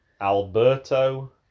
alberto